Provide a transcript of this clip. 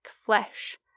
flesh